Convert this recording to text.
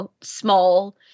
small